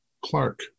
Clark